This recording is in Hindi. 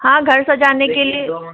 हाँ घर सजाने के लिए